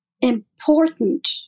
important